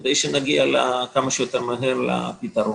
כדי שנגיע כמה שיותר מהר לפתרון.